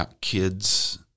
kids